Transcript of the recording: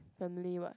family what